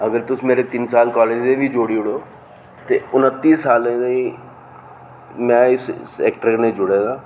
अगर तुस मेरे तिन साल कालेज दे बी जोड़ी ओड़ो ते उन्नती सालें दा में इस सैक्टर कन्नै जुड़े दा आं